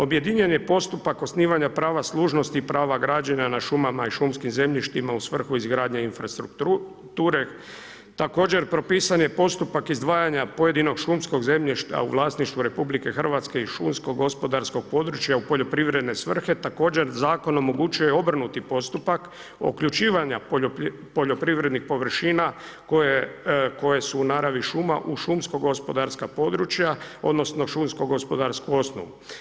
Objedinjen je postupak osnivanja prava služnosti i prava građenja na šumama i šumskim zemljištima u svrhu izgradnje infrastrukture, također propisan je postupak izdvajanja pojedinog šumskog zemljišta u vlasništvu RH i šumsko-gospodarskog područja u poljoprivredne svrhe, također zakon omogućuje obrnuti postupak uključivanja poljoprivrednih površina koje su u naravi šuma u šumsko-gospodarska područja odnosno šumsko-gospodarsku osnovu.